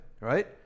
right